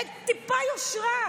אין טיפה יושרה.